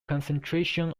concentration